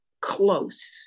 close